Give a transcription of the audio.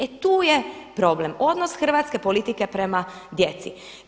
E tu je problem, odnos hrvatske politike prema djeci.